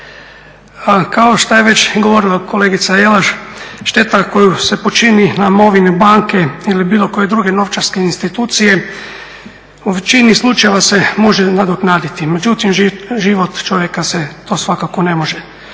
Kao što je već i govorila kolegica Jelaš šteta koju se počini na imovini banke ili bilo koje druge novčarske institucije u većini slučajeva se može nadoknaditi, međutim život čovjeka se, to svakako ne može.